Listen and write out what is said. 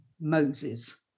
Moses